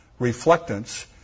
reflectance